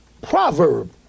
proverb